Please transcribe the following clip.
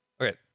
okay